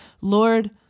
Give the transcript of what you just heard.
Lord